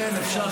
ישר